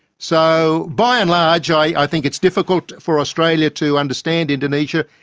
so by and large i think it's difficult for australia to understand indonesia.